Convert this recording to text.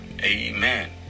Amen